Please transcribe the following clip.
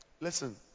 Listen